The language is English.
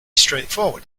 straightforward